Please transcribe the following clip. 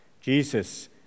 Jesus